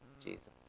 Jesus